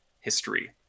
history